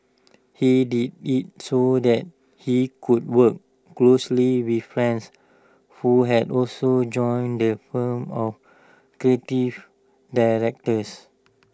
he did IT so that he could work closely with friends who had also joined the firm or creative directors